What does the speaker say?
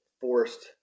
forced